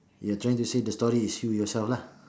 you're trying to say the story is you yourself lah